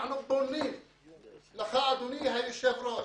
אנחנו פונים אליך אדוני היושב ראש